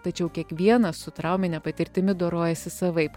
tačiau kiekvienas su traumine patirtimi dorojasi savaip